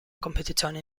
competizioni